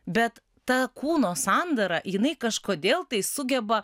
bet ta kūno sandara jinai kažkodėl tai sugeba